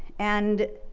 and